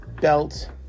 belt